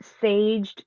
saged